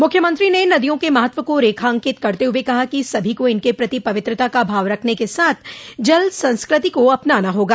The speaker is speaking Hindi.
मुख्यमंत्री ने नदियों के महत्व को रेखांकित करते हुए कहा कि सभी को इनके प्रति पवित्रता का भाव रखन के साथ जल संस्कृति को अपनाना होगा